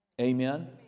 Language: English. Amen